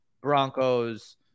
Broncos